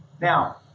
Now